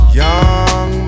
young